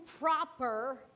proper